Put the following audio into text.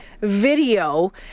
video